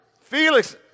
Felix